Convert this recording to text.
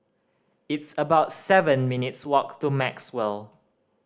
it's about seven minutes' walk to Maxwell